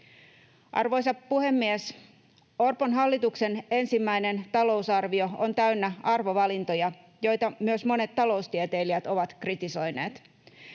Arvoisa puhemies! Orpon hallituksen ensimmäinen talousarvio on täynnä arvovalintoja, joita myös monet taloustieteilijät ovat kritisoineet.